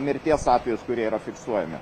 mirties atvejus kurie yra fiksuojami